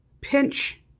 pinch